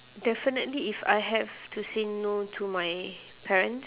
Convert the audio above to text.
definitely if I have to say no to my parents